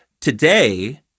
Today